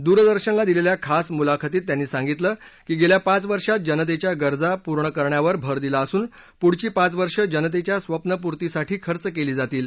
दूरदर्शनला दिलेल्या खास मुलाखतीत त्यांनी सांगितलं की गेल्या पाच वर्षात जनतेच्या गरजा पूर्ण करण्यावर भर दिला असून पुढची पाच वर्ष जनतेच्या स्वप्नपूर्तीसाठी खर्च केली जातील